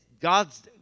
God's